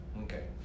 Okay